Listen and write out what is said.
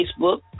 Facebook